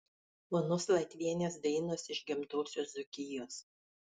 onos latvienės dainos iš gimtosios dzūkijos